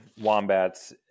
Wombats